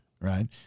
right